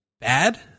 bad